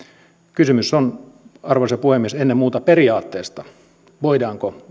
kysymys on arvoisa puhemies ennen muuta periaatteesta voidaanko